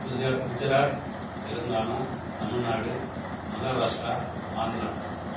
குஜ Gujarat Telangana Tamil Nadu Maharashtra Andhra